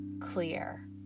clear